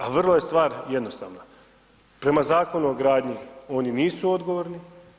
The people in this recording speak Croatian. A vrlo je stvar jednostavna, prema Zakonu o gradnji, oni nisu odgovorni.